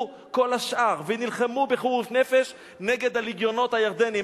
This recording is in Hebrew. כל השאר ונלחמו בחירוף נפש נגד הלגיונות הירדניים,